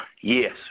Yes